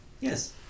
Yes